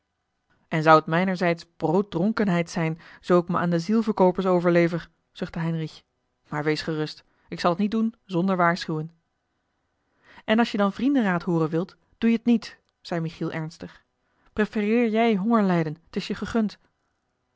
en zou t mijnerzijds brooddronkenheid zijn zoo ik me aan de zielverkoopers overlever zuchtte heinrich maar wees gerust ik zal t niet doen zonder waarschuwen n als je dan vriendenraad hooren wilt doe je t niet zei michiel ernstig prefereer jij hongerlijden t is je gegund